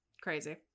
Crazy